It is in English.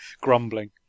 Grumbling